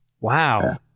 Wow